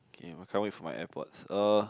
okay I can't wait for my air pods uh